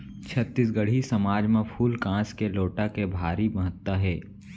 छत्तीसगढ़ी समाज म फूल कांस के लोटा के भारी महत्ता हे